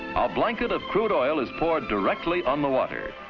a blanket of crude oil is poured directly on the water.